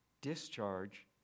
discharge